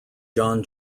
john